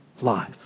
life